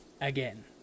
again